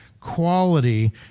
quality